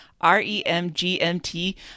R-E-M-G-M-T